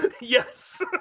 Yes